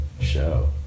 show